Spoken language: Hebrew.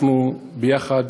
אנחנו ביחד,